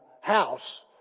house